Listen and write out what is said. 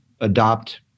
adopt